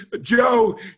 Joe